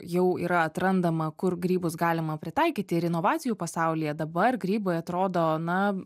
jau yra atrandama kur grybus galima pritaikyti ir inovacijų pasaulyje dabar grybai atrodo na